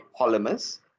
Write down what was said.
polymers